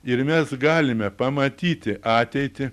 ir mes galime pamatyti ateitį